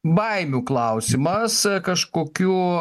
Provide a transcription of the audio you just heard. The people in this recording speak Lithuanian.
baimių klausimas kažkokių